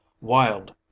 Wild